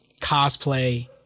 cosplay